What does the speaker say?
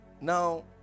now